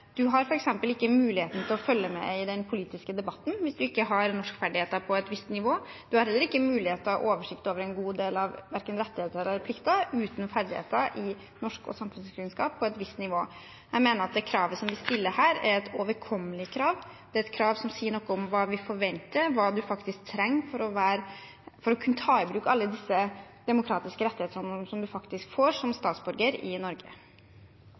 har f.eks. ikke mulighet til å følge med i den politiske debatten hvis man ikke har norskferdigheter på et visst nivå. Man har uten ferdigheter i norsk og samfunnskunnskap på et visst nivå heller ikke mulighet til å ha oversikt over en god del av verken rettigheter eller plikter. Jeg mener det kravet vi stiller her, er et overkommelig krav. Det er et krav som sier noe om hva vi forventer, hva man faktisk trenger for å kunne ta i bruk alle disse demokratiske rettighetene som man faktisk får som statsborger i Norge.